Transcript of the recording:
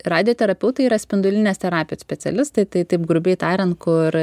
radioterapeutai yra spindulinės terapijos specialistai tai taip grubiai tariant kur